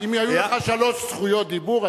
אם היו לך שלוש זכויות דיבור,